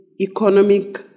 economic